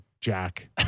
Jack